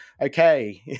Okay